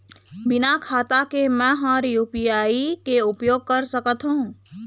बिना खाता के म हर यू.पी.आई के उपयोग कर सकत हो?